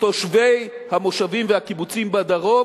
תושבי המושבים והקיבוצים בדרום.